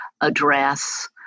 address